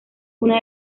una